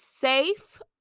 safe